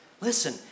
listen